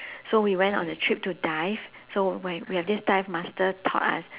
so we went on a trip to dive so when we have this dive master taught us